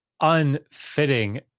unfitting